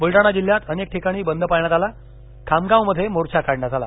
बुलडाणा जिल्ह्यात अनेक ठिकाणी बंद पाळण्यात आला खामगाव मध्ये मोर्चा काढण्यात आला